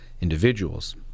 individuals